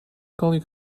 gully